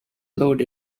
load